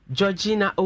Georgina